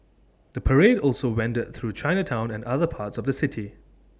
the parade also wended through Chinatown and other parts of the city